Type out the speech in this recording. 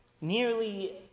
nearly